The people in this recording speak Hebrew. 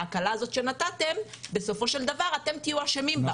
אתם בסוף תהיו אשמים בהקלה הזאת שנתתם.